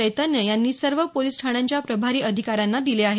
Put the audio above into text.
चैतन्य यांनी सर्व पोलीस ठाण्यांच्या प्रभारी अधिकाऱ्यांना दिले आहेत